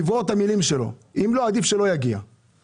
עזבו את הנרגילות, מה קורה עם הסמים?